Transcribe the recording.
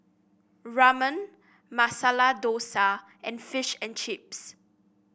Ramen Masala Dosa and Fish and Chips